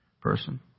person